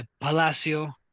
Palacio